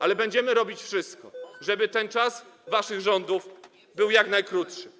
Ale będziemy robić wszystko, żeby czas waszych rządów był jak najkrótszy.